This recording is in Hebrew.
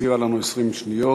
החזירה לנו 20 שניות.